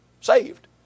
saved